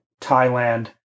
Thailand